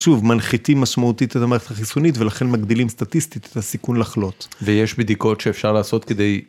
שוב, מנחיתים משמעותית את המערכת החיסונית ולכן מגדילים סטטיסטית את הסיכון לחלות. ויש בדיקות שאפשר לעשות כדי...